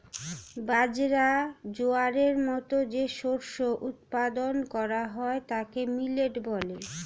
বাজরা, জোয়ারের মতো যে শস্য উৎপাদন করা হয় তাকে মিলেট বলে